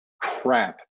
crap